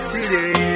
City